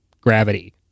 gravity